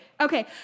Okay